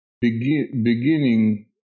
beginning